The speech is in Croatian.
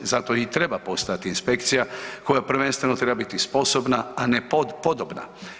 Zato i treba postojati inspekcija koja prvenstveno treba biti sposobna a ne podobna.